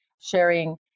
sharing